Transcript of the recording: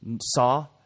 saw